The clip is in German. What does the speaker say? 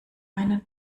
ein